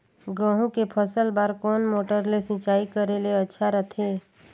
गहूं के फसल बार कोन मोटर ले सिंचाई करे ले अच्छा रथे?